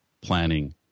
planning